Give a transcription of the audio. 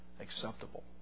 acceptable